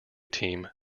team